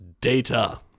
data